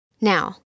Now